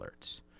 alerts